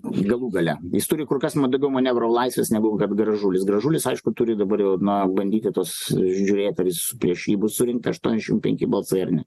galų gale jis turi kur kas daugiau manevro laisvės negu kad gražulis gražulis aišku turi dabar jau na bandyti tuos žiūrėt ar jis prieš jį bus surinkta aštuoniasdešim penki balsai ar ne